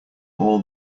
all